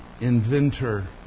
inventor